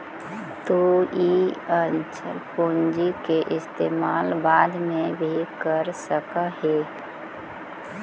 तु इ अचल पूंजी के इस्तेमाल बाद में भी कर सकऽ हे